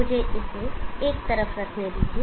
मुझे इसे एक तरफ रखने दीजिए